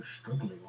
struggling